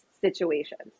situations